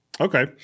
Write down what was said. Okay